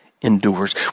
endures